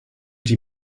die